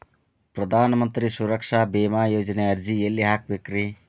ಪ್ರಧಾನ ಮಂತ್ರಿ ಸುರಕ್ಷಾ ಭೇಮಾ ಯೋಜನೆ ಅರ್ಜಿ ಎಲ್ಲಿ ಹಾಕಬೇಕ್ರಿ?